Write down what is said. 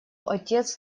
отец